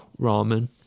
ramen